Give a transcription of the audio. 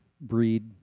breed